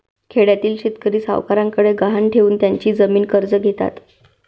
खेड्यातील शेतकरी सावकारांकडे गहाण ठेवून त्यांची जमीन कर्ज घेतात